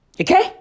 Okay